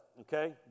okay